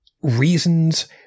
reasons